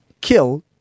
kill